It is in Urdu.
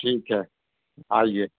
ٹھیک ہے آئیے